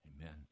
Amen